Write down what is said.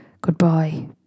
goodbye